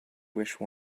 wish